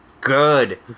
good